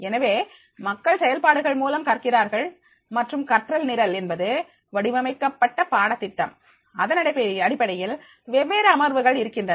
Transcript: எனவே மக்கள் செயல்பாடுகள் மூலம் கற்கிறார்கள் மற்றும் கற்றல் நிரல் என்பது வடிவமைக்கப்பட்ட பாடத்திட்டம் அதனடிப்படையில் வெவ்வேறு அமர்வுகள் இருக்கின்றன